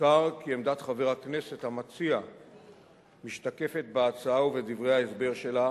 יוזכר כי עמדת חבר הכנסת המציע משתקפת בהצעה ובדברי ההסבר שלה,